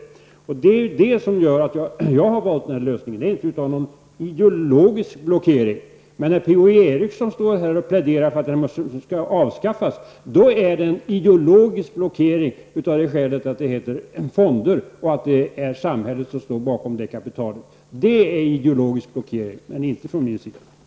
Därför har jag valt den här lösningen. Det har således inte gjorts på grund av någon ideologisk blockering. När Per-Ola Eriksson står och pläderar för att detta måste avskaffas är det fråga om ideologisk blockering på grund av att det rör sig om fonder och att samhället står bakom kapitalet. Det är ideologisk blockering, men någon sådan förekommer inte från min sida.